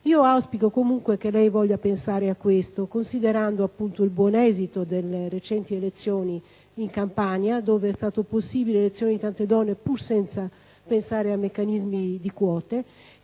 Auspico comunque che lei voglia pensare a questo, considerando appunto il buon esito delle recenti elezioni in Campania, dove è stata possibile l'elezione di tante donne, pur senza pensare a meccanismi di quote,